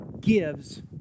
gives